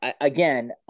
Again